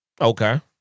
Okay